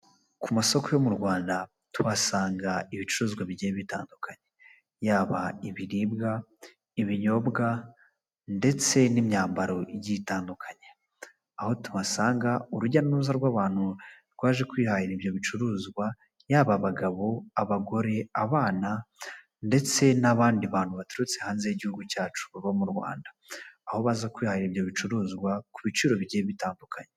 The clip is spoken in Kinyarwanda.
Ku masoko yo mu Rwanda, tuhasanga ibicuruzwa bigiye bitandukanye, yaba ibiribwa, ibinyobwa, ndetse n'imyambaro igiye itandukanye, aho tuhasanga urujya n'uruza rw'abantu, rwaje kwiharirara ibyo bicuruzwa, yaba abagabo, abagore, abana, ndetse n'abandi bantu baturutse hanze y'igihugu cyacu baba mu Rwanda, aho baza kwihahira ibyo bicuruzwa ku biciro bigiye bitandukanye.